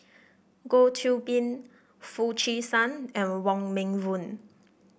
Goh Qiu Bin Foo Chee San and Wong Meng Voon